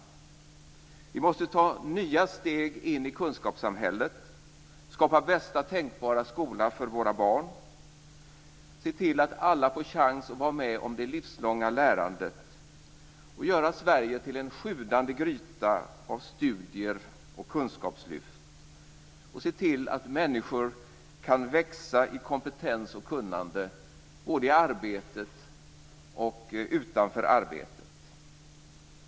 Vi måste ta nya steg in i kunskapssamhället, skapa bästa tänkbara skola för våra barn, se till att alla får chans att vara med om det livslånga lärandet och göra Sverige till en sjudande gryta av studier och kunskapslyft och se till att människor kan växa i kompetens och kunnande både i arbetet och utanför arbetet.